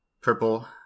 purple